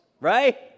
right